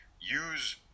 use